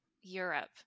Europe